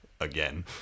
again